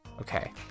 Okay